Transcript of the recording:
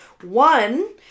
One